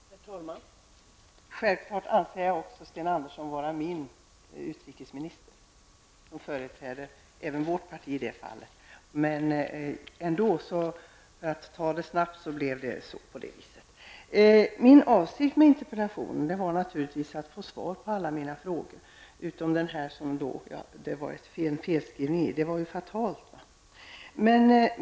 Herr talman! Självfallet anser jag Sten Andersson vara också min utrikesminister. Utrikesministern företräder i det här fallet även vårt parti. I Min avsikt med interpellationen var naturligtvis att få svar på alla mina frågor -- men jag väntar mig naturligtvis inte svar på den som det blev en felskrivning i; den var fatal.